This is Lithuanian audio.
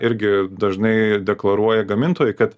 irgi dažnai deklaruoja gamintojai kad